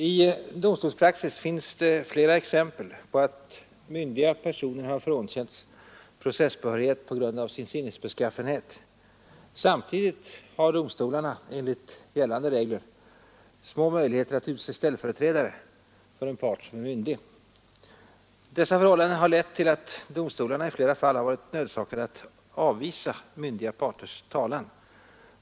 I domstolspraxis finns det flera exempel på att myndiga personer har frånkänts processbehörighet på grund av sin sinnesbeskaffenhet. Samtidigt har domstolarna enligt gällande regler små möjligheter att utse ställföreträdare för en part som är myndig. De angivna förhållandena har lett till att domstolarna i flera fall har varit nödsakade att avvisa myndiga parters talan.